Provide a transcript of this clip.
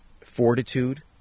fortitude